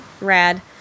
rad